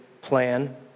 plan